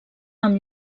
amb